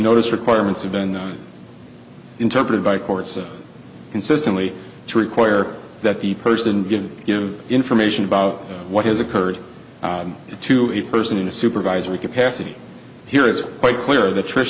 notice requirements have been interpreted by courts consistently to require that the person give you information about what has occurred to a person in a supervisory capacity here it's quite clear the trish